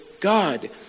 God